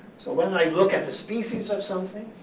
so when i look at the species of something,